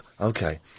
okay